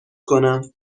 کنم